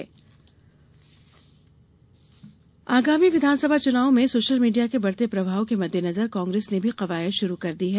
Congress social media आगामी विधानसभा चुनाव में सोशल मिडिया के बढ़ते प्रभाव के मद्देनजर कांग्रेस ने भी कवायद शुरू कर दी है